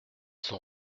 son